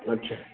अच्छा